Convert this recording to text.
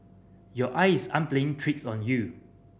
your eyes aren't playing tricks on you